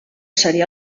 seria